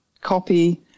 copy